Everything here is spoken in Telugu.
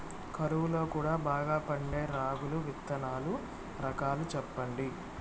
కరువు లో కూడా బాగా పండే రాగులు విత్తనాలు రకాలు చెప్పండి?